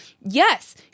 yes